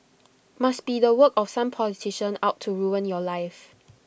must be the work of some politician out to ruin your life